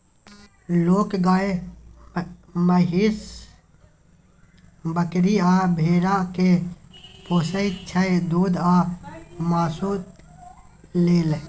लोक गाए, महीष, बकरी आ भेड़ा केँ पोसय छै दुध आ मासु लेल